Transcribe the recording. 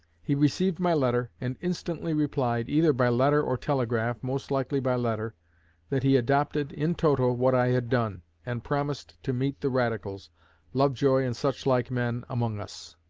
he received my letter, and instantly replied, either by letter or telegraph most likely by letter that he adopted in toto what i had done, and promised to meet the radicals lovejoy and such like men among us.